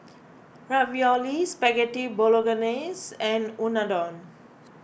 Ravioli Spaghetti Bolognese and Unadon